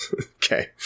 Okay